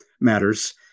matters